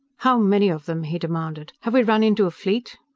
how many of them? he demanded. have we run into a fleet?